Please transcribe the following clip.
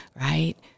Right